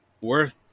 worth